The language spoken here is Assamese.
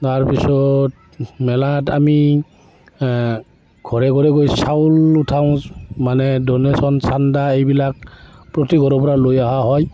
তাৰপিছত মেলাত আমি ঘৰে ঘৰে গৈ চাউল উঠাওঁ মানে ডনেশ্যন চান্দা এইবিলাক প্ৰতি ঘৰৰ পৰা লৈ অহা হয়